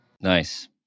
Nice